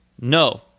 No